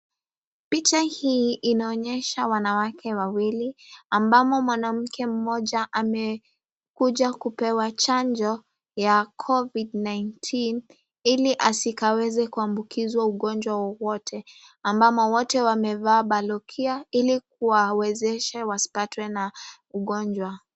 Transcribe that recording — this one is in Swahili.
Picha hii inaonyesha wanawake wawili ambao mwanamke mmoja, amakuja kupewa chanjo ya covid-19 ,ili asikaweze kuambukizwa ugonjwa wowote. Wamama wote wamevaa balokia ili kuwawezesha wasipatwe na ugonjwa.